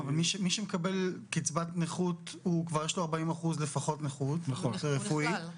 מי שמקבל קצבת נכות כבר יש לו 40% לפחות נכות רפואית,